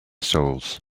souls